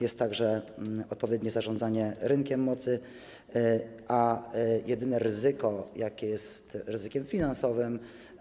Jest także odpowiednie zarządzanie rynkiem mocy, a jedyne ryzyko, jakie jest, jest ryzykiem finansowym.